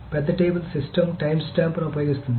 పెద్ద table system టైమ్స్టాంప్ను ఉపయోగిస్తుంది